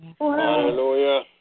Hallelujah